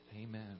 Amen